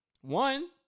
one